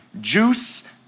juice